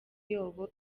yoba